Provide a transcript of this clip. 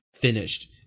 finished